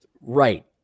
Right